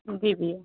जी भैया